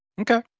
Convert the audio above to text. okay